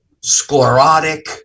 sclerotic